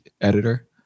editor